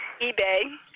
eBay